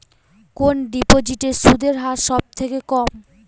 কোন ডিপোজিটে সুদের হার সবথেকে কম?